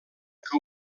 que